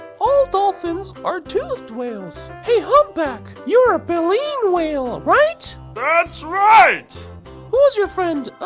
all dolphins are toothed whales! hey humpback! you're a baleen whale, right? that's right! who was your friend,